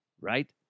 right